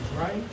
right